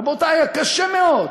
רבותי, היה קשה מאוד.